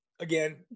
again